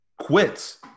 Quits